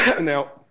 Now